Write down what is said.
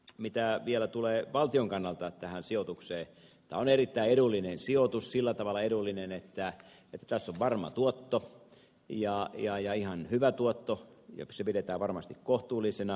mitä vielä tulee valtion kannalta tähän sijoitukseen tämä on erittäin edullinen sijoitus sillä tavalla edullinen että tässä on varma tuotto ja ihan hyvä tuotto ja se pidetään varmasti kohtuullisena